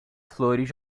flores